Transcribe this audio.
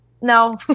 no